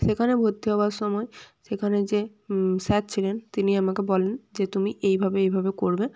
সেখানে ভর্তি হওয়ার সময় সেখানে যে স্যার ছিলেন তিনি আমাকে বলেন যে তুমি এইভাবে এইভাবে করবে